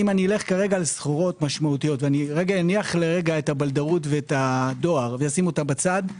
על סחורות משמעותיות ואניח לרגע את הבלדרות ואת הדואר ואשים בצד,